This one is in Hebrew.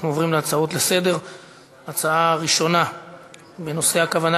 נעבור להצעות לסדר-היום בנושא: הכוונה